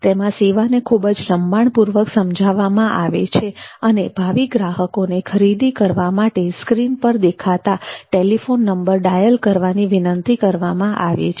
તેમાં સેવાને ખૂબ જ લંબાણપૂર્વક સમજાવવામાં આવે છે અને ભાવિ ગ્રાહકોને ખરીદી કરવા માટે સ્ક્રીન પર દેખાતા ટેલિફોન નંબરો ડાયલ કરવાની વિનંતી કરવામાં આવે છે